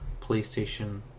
PlayStation